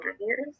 years